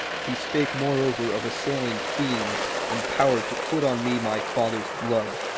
he spake moreover of assailing fiends empowered to quit on me my father's blood,